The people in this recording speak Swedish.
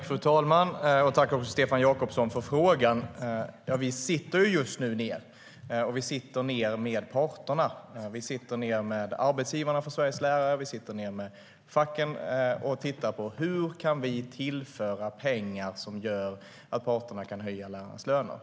Fru talman! Tack för frågan, Stefan Jakobsson! Vi sitter just nu ned med parterna. Vi sitter ned med arbetsgivarna för Sveriges lärare och med facken och tittar på hur vi kan tillföra pengar som gör att parterna kan höja lärarnas löner.